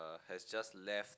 has just left